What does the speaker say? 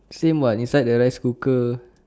same [what] inside the rice cooker